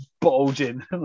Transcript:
bulging